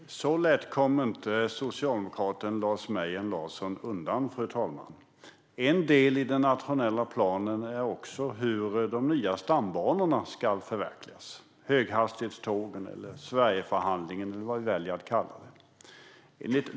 Fru talman! Så lätt kommer inte socialdemokraten Lars Mejern Larsson undan. En del i den nationella planen är också hur de nya stambanorna - höghastighetstågen, Sverigeförhandlingen eller vad vi väljer att kalla dem - ska förverkligas.